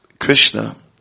Krishna